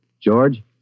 George